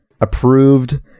approved